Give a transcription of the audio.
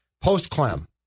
post-Clem